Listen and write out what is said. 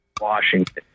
Washington